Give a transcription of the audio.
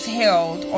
held